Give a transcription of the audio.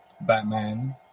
Batman